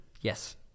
Yes